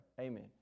Amen